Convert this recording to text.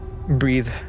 breathe